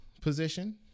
position